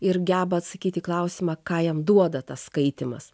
ir geba atsakyt į klausimą ką jam duoda tas skaitymas